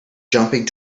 jumping